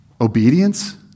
Obedience